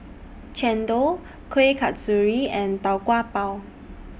Chendol Kuih Kasturi and Tau Kwa Pau